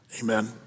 Amen